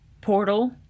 Portal